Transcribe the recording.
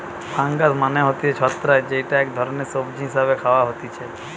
fungus মানে হতিছে ছত্রাক যেইটা এক ধরণের সবজি হিসেবে খাওয়া হতিছে